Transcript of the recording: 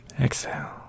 Exhale